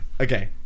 Okay